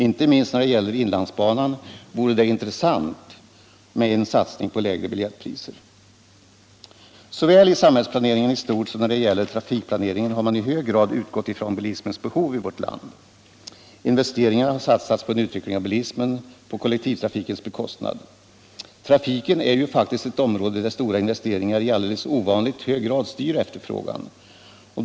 Inte minst när det gäller inlandsbanan vore det intressant med en satsning på lägre biljettpriser. Såväl i samhällsplaneringen i stort som när det gäller trafikplaneringen har man i hög grad utgått från bilismens behov i vårt land. Investeringarna har satsats på en utveckling av bilismen, på kollektivtrafikens bekostnad. Trafiken är faktiskt ett område där stora investeringar i alldeles ovanligt hög grad styr efterfrågan.